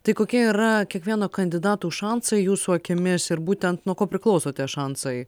tai kokie yra kiekvieno kandidatų šansai jūsų akimis ir būtent nuo ko priklauso tie šansai